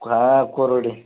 हा कोरोडे